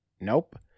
Nope